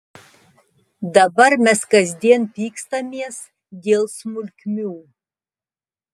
dabar mes kasdien pykstamės dėl smulkmių